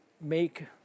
make